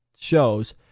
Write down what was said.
shows